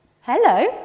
Hello